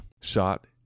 shot